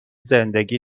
زندگی